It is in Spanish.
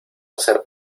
hacer